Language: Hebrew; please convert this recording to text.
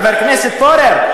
חבר הכנסת פורר.